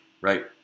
right